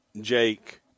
Jake